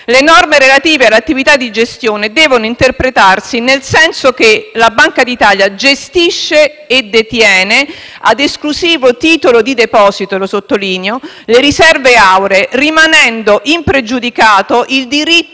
le norme relative all'attività di gestione devono interpretarsi nel senso che la Banca d'Italia gestisce e detiene, ad esclusivo titolo di deposito - lo sottolineo -, le riserve auree, rimanendo impregiudicato il diritto